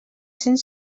cent